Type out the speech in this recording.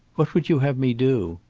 what would you have me do?